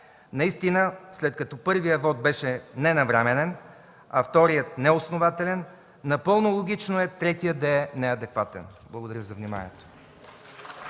Наистина, след като първият вот беше ненавременен, а вторият – неоснователен, напълно логично е третият да е неадекватен. Благодаря за вниманието.